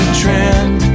trend